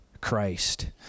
Christ